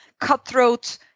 cutthroat